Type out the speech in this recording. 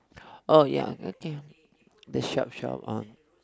oh ya okay the shop shop one